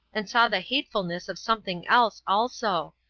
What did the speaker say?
and saw the hatefulness of something else also,